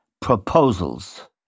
proposals